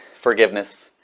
forgiveness